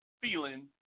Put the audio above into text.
feeling